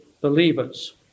believers